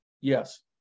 yes